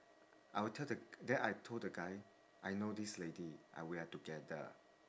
I will tell the then I told the guy I know this lady uh we are together